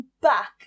back